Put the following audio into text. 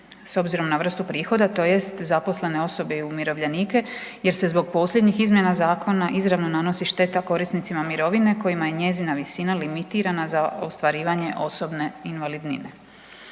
s obzirom na vrstu prihoda tj. zaposlene osobe i umirovljenike jer se zbog posljednjih izmjena zakona izravno nanosi šteta korisnicima mirovine kojima je njezina visina limitirana za ostvarivanje osobne invalidnine.